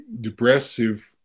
depressive